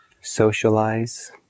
socialize